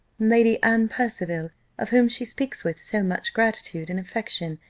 lady anne percival of whom she speaks with so much gratitude and affection,